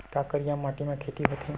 का करिया माटी म खेती होथे?